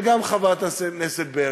וגם את, חברת הכנסת ברקו,